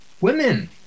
Women